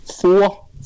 four